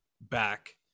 back